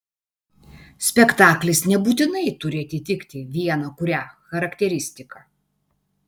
spektaklis nebūtinai turi atitikti vieną kurią charakteristiką